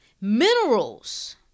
minerals